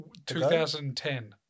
2010